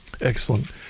Excellent